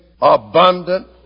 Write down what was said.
abundant